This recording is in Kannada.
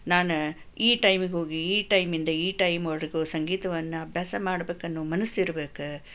ನಾನು ಈ ಟೈಮಿಗೆ ಹೋಗಿ ಈ ಟೈಮಿಂದ ಈ ಟೈಮ್ವರೆಗೂ ಸಂಗೀತವನ್ನು ಅಭ್ಯಾಸ ಮಾಡಬೇಕನ್ನೋ ಮನಸ್ಸಿರಬೇಕು